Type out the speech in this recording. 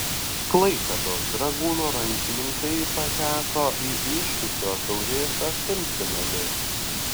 klaipėdos dragūno rankininkai pateko į iššūkio taurės aštuntfinalį